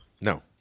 No